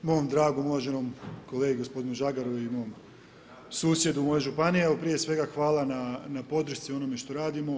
Mom dragom uvaženom kolegi gospodinu Žagaru i mom susjedu moje županije, ali prije svega, hvala na podršci onome što radimo.